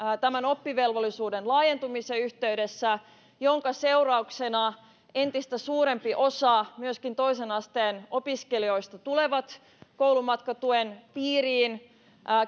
tämän oppivelvollisuuden laajentumisen yhteydessä jonka seurauksena entistä suurempi osa myöskin toisen asteen opiskelijoista tulee koulumatkatuen piiriin